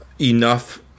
enough